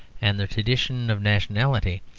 and the tradition of nationality,